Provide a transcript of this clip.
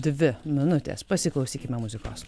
dvi minutės pasiklausykime muzikos